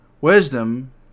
wisdom